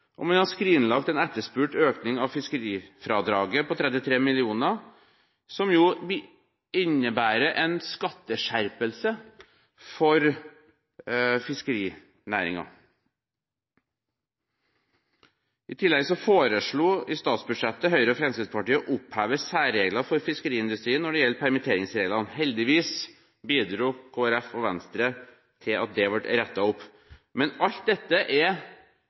og man har skrinlagt en etterspurt økning av fiskerifradraget på 33 mill. kr, noe som innebærer en skatteskjerpelse for fiskerinæringen. I tillegg foreslo Høyre og Fremskrittspartiet i statsbudsjettet å oppheve særregler for fiskeriindustrien når det gjelder permittering. Heldigvis bidro Kristelig Folkeparti og Venstre til at det ble rettet opp. Men alt dette er